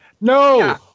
no